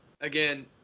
again